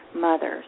mothers